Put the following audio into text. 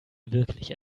wirklich